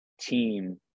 team